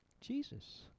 Jesus